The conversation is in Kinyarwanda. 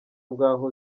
bw’aho